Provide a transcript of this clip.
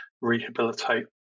rehabilitate